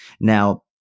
Now